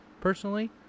personally